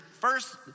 first